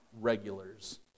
regulars